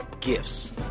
Gifts